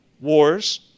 Wars